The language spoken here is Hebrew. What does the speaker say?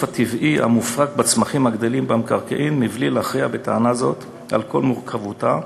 הטבעי המופק בצמחים הגדלים במקרקעין: מבלי להכריע בטענה זו על כל מורכבותה,